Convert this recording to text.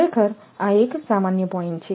ખરેખર આ એક સામાન્ય પોઇન્ટ્ છે